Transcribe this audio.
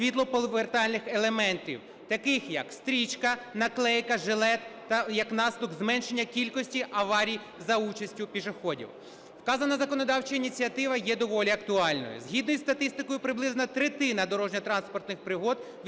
світлоповертальних елементів, таких як стрічка, наклейка, жилет, та як наслідок зменшення кількості аварій за участю пішоходів. Вказана законодавча ініціатива є доволі актуальною. Згідно із статистикою приблизно третина дорожньо-транспортних пригод відбувається